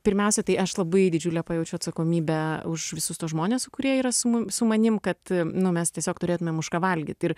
pirmiausia tai aš labai didžiulę pajaučiu atsakomybę už visus tuos žmones kurie yra su su manim kad nu mes tiesiog turėtumėm už ką valgyt ir